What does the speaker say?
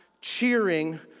cheering